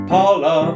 Paula